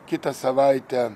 kitą savaitę